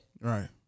Right